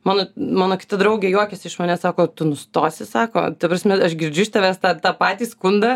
mano mano kita draugė juokiasi iš manęs sako tu nustosi sako ta prasme aš girdžiu iš tavęs tą tą patį skundą